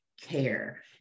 care